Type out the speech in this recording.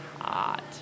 hot